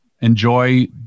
enjoy